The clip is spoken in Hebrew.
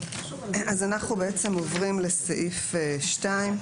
אז אנחנו בעצם עוברים לסעיף 2,